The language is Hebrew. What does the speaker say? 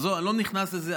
עזוב, אני לא נכנס לזה.